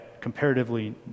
comparatively